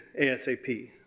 ASAP